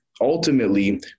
ultimately